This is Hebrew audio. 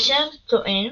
אשר טוען